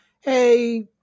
Hey